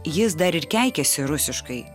jis dar ir keikiasi rusiškai